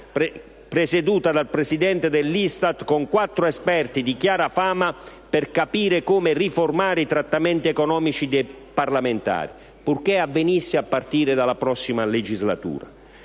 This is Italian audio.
presieduta dal Presidente dell'ISTAT con quattro esperti di chiara fama per capire come riformare i trattamenti economici dei parlamentari, purché avvenga a partire dalla prossima legislatura.